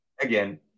again